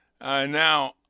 Now